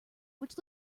which